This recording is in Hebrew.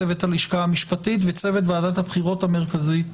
צוות הלשכה המשפטית וצוות ועדת הבחירות המרכזית,